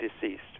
deceased